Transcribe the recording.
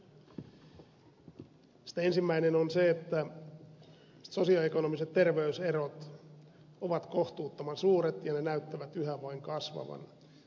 niistä ensimmäinen on se että sosio ekonomiset terveyserot ovat kohtuuttoman suuret ja ne näyttävät yhä vain kasvavan